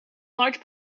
large